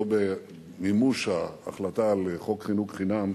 לא במימוש ההחלטה על חוק חינוך חינם